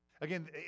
Again